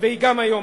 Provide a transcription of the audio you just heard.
והיא גם היום.